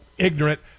ignorant